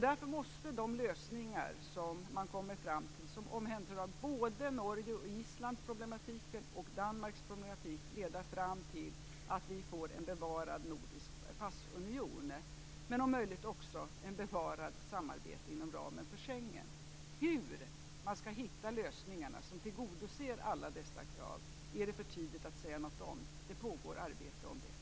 Därför måste de lösningar man kommer fram till, både i fråga om problematiken med Norge och Island och i fråga om Danmarks problematik, leda fram till att vi får en bevarad nordisk passunion, men om möjligt också ett bevarat samarbete inom ramen för Schengen. Hur man skall hitta de lösningar som tillgodoser alla dessa krav är det för tidigt att säga något om. Det pågår arbete med det.